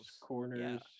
corners